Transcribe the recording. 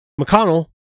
McConnell